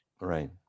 Right